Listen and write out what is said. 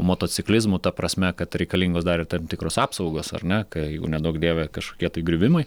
motociklizmu ta prasme kad reikalingos dar ir tam tikros apsaugos ar ne kai jeigu neduok dieve kažkokie tai griuvimai